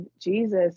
Jesus